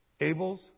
Abel's